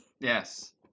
Yes